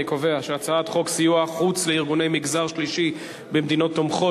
אני קובע שהצעת חוק סיוע חוץ לארגוני מגזר שלישי במדינות תומכות,